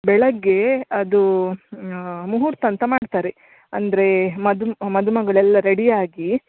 ಬೆಳಿಗ್ಗೆ ಅದು ಮುಹೂರ್ತ ಅಂತ ಮಾಡ್ತಾರೆ ಅಂದರೆ ಮದು ಮದುಮಗಳು ಎಲ್ಲಾ ರೆಡಿ ಆಗಿ